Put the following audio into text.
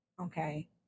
okay